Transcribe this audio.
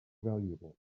valuable